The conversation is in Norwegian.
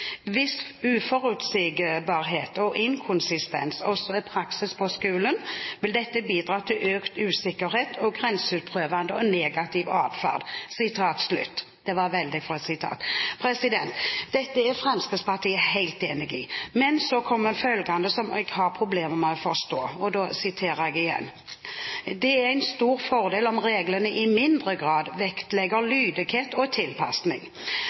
Hvis uforutsigbarhet og inkonsistens også er praksis på skolen, vil det bidra til økt usikkerhet og grenseutprøvende og negativ atferd.» Dette er Fremskrittspartiet helt enig i. Men så kommer følgende, som jeg har problemer med å forstå: «Det er en stor fordel om reglene i mindre grad vektlegger lydighet og tilpasning.